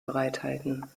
bereithalten